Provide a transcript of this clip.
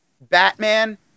Batman